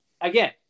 again